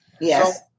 Yes